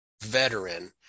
veteran